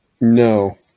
No